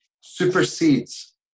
supersedes